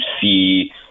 see